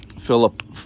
Philip